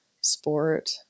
sport